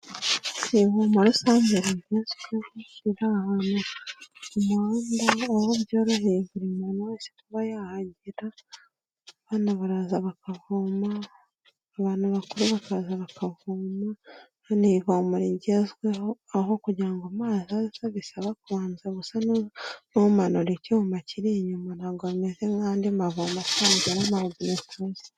Ivomo rusange rigezweho, riri ahantu ku muhanda aho byoroheye buri muntu wese kuba yahagera, abana baraza bakavoma, abantu bakuru bakaza bakavoma, ni ivomo rigezweho, aho kugira ngo amazi aze bisaba kubanza gusa n'umanura icyuma kiri inyuma, ntabwo rimeze nk'andi mavomo asanzwe tuzi.